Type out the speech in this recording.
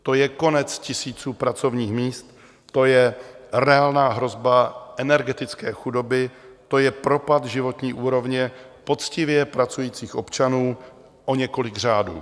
To je konec tisíců pracovních míst, to je reálná hrozba energetické chudoby, to je propad životní úrovně poctivě pracujících občanů o několik řádů.